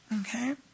Okay